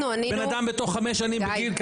בן אדם בתוך חמש שנים --- גיא,